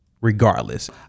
regardless